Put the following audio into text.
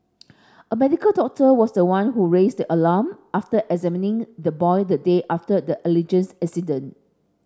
a medical doctor was the one who raised the alarm after examining the boy the day after the alleges incident